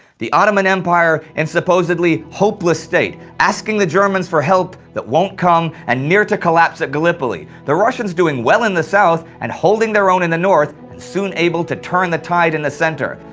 the ottoman empire in supposedly hopeless state, asking the germans for help that won't come and near to collapse at gallipoli, the russians doing well in the south and holding their own in the north and soon able to turn the tide in the center,